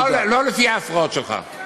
לא לפי ההפרעות שלך.